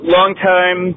Long-time